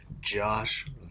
josh